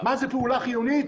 מה זה פעולה חיונית?